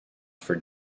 for